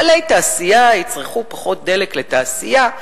מפעלי תעשייה יצרכו פחות דלק לתעשייה,